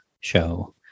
show